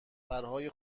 پرهای